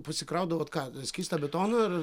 pasikraudavot ką skystą betoną ar